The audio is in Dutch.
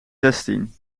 zestien